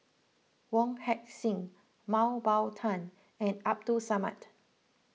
Wong Heck Sing Mah Bow Tan and Abdul Samad